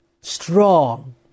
strong